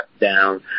down